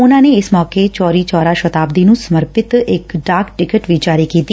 ਉਨੂਾ ਨੇ ਇਸ ਮੌਕੇ ਚੌਰੀ ਚੌਰਾ ਸ਼ਤਾਬਦੀ ਨੂੰ ਸਮਰਪਿਤ ਇਕ ਡਾਟ ਟਿਕਟ ਵੀ ਜਾਰੀ ਕੀਤੀ